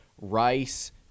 Rice